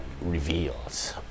Reveals